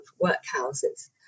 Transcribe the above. workhouses